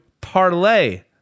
parlay